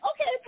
okay